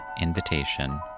invitation